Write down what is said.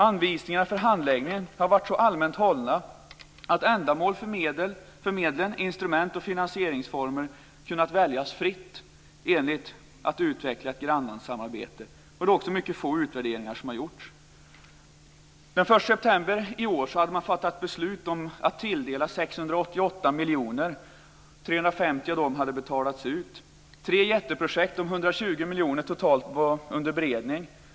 Anvisningar för handläggningen har varit så allmänt hållna att ändamål för medlen, instrument och finansieringsformer har kunnat väljas fritt när det gäller att utveckla ett grannlandssamarbete. Det är också mycket få utvärderingar som har gjorts. Den 1 september i år hade man fattat beslut om att tilldela 688 miljoner. 350 av dem hade betalats ut. Tre jätteprojekt om totalt 120 miljoner var under beredning.